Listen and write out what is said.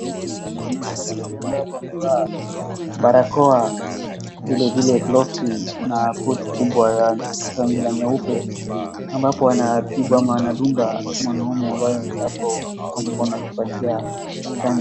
Kuna daktari ambapo amevaa barakoa vile vile gloves na koti kubwa ya rangi la nyeupe ambapo anatibu ama anadunga mwanaume ambaye ako hapo kwa mkono akipatia chanjo.